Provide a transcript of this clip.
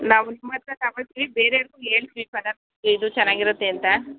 ನಾವು ನಿಮ್ಮ ಹತ್ರ ತಗೊಳ್ತೀವಿ ಬೇರೇರ್ಗೂ ಹೇಳ್ತೀವಿ ಪದಾರ್ಥ ಇದು ಚೆನ್ನಾಗಿರುತ್ತೆ ಅಂತ